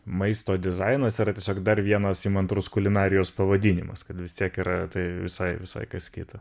maisto dizainas yra tiesiog dar vienas įmantrus kulinarijos pavadinimas kad vis tiek yra tai visai visai kas kita